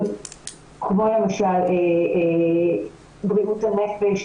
כמו למשל בריאות הנפש,